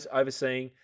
overseeing